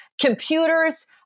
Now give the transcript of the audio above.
computers